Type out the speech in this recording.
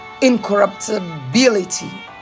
incorruptibility